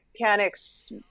mechanics